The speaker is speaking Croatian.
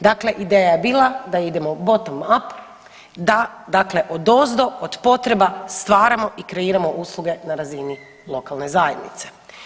Dakle, ideja je bila da idemo … [[Govornik se ne razumije]] da dakle odozdo od potreba stvaramo i kreiramo usluge na razini lokalne zajednice.